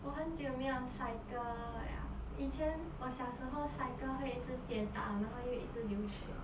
我很久没有 cycle 了以前我小时候 cycle 会一直跌倒然后又一直流血